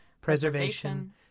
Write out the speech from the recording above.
preservation